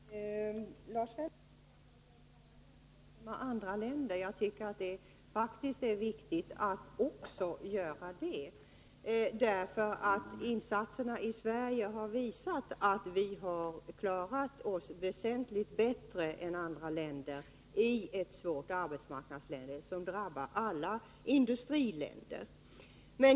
Herr talman! Lars Svensson sade att jag bara gör jämförelser med andra länder, men jag tycker faktiskt att det är viktigt att också göra det. Insatserna i Sverige har nämligen visat att vi har klarat oss väsentligt bättre än andra länder i det svåra arbetsmarknadsläge som drabbat alla industriländer.